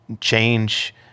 Change